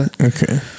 Okay